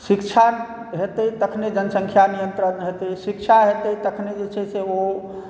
शिक्षा हेतै तखने जनसंख्या नियन्त्रण हेतै शिक्षा हेतै तखने जे छै से ओ